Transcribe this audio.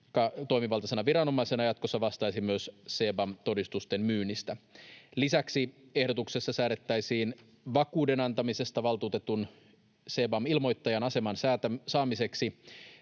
toimivaltaisena viranomaisena ja jatkossa vastaisi myös CBAM-todistusten myynnistä. Lisäksi ehdotuksessa säädettäisiin vakuuden antamisesta valtuutetun CBAM-ilmoittajan aseman saamiseksi